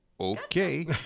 Okay